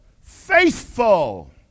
faithful